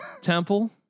Temple